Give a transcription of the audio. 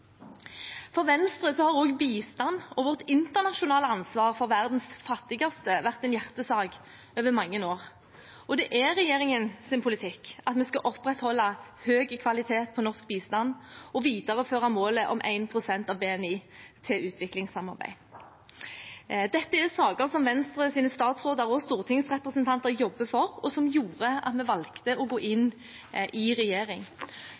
For Venstre har også bistand og vårt internasjonale ansvar for verdens fattigste vært en hjertesak over mange år. Det er regjeringens politikk at vi skal opprettholde høy kvalitet på norsk bistand og videreføre målet om 1 pst. av BNI til utviklingssamarbeid. Dette er saker som Venstres statsråder og stortingsrepresentanter jobber for, og som gjorde at vi valgte å gå inn i regjering.